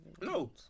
No